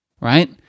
right